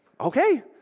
okay